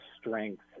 strength